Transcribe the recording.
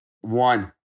One